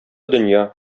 дөнья